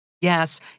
Yes